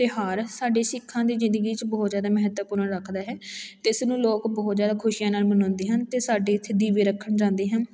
ਤਿਉਹਾਰ ਸਾਡੇ ਸਿੱਖਾਂ ਦੀ ਜ਼ਿੰਦਗੀ 'ਚ ਬਹੁਤ ਜ਼ਿਆਦਾ ਮਹੱਤਵਪੂਰਨ ਰੱਖਦਾ ਹੈ ਅਤੇ ਇਸ ਨੂੰ ਲੋਕ ਬਹੁਤ ਜ਼ਿਆਦਾ ਖੁਸ਼ੀਆਂ ਨਾਲ ਮਨਾਉਂਦੇ ਹਨ ਅਤੇ ਸਾਡੇ ਇੱਥੇ ਦੀਵੇ ਰੱਖਣ ਜਾਂਦੇ ਹਨ